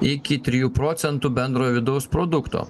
iki trijų procentų bendrojo vidaus produkto